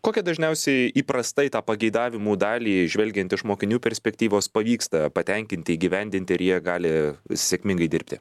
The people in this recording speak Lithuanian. kokia dažniausiai įprastai tą pageidavimų dalį žvelgiant iš mokinių perspektyvos pavyksta patenkinti įgyvendinti ir jie gali sėkmingai dirbti